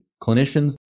clinicians